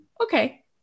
okay